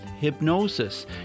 hypnosis